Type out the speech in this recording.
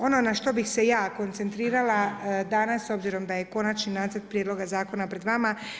Ono na što bi se ja koncentrirala danas s obzirom da je Konačni nacrt Prijedloga zakona pred vama.